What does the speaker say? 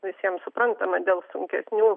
visiems suprantama dėl sunkesnių